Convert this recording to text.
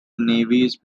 navies